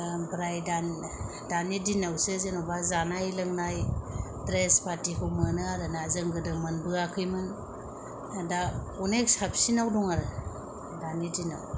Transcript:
ओमफ्राय दानि दिनावसो जेन'बा जानाय लोंनाय द्रेस फाथिखौ मोनो आरोना जों गोदो मोनबोआखैमोन दा अनेक साबसिनाव दं आरो दानि दिनाव